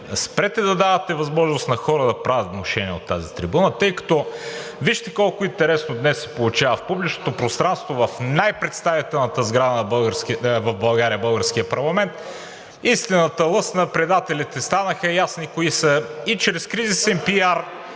спрете да давате възможност на хора да правят внушения от тази трибуна, тъй като вижте колко интересно днес се получава в публичното пространство в най-представителната сграда в България – българския парламент. Истината лъсна, предателите станаха ясни кои са и чрез кризисен